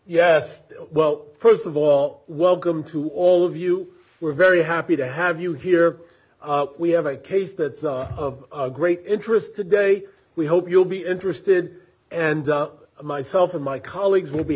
yes well first of all welcome to all of you we're very happy to have you here we have a case that's a great interest today we hope you'll be interested and myself and my colleagues will be